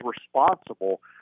responsible